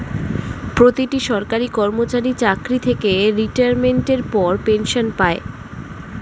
প্রতিটি সরকারি কর্মচারী চাকরি থেকে রিটায়ারমেন্টের পর পেনশন পায়